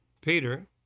Peter